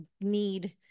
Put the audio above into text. need